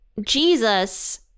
Jesus